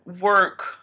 work